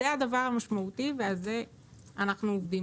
זה הדבר המשמעותי ועל זה אנחנו עובדים.